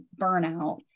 burnout